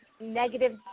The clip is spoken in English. negative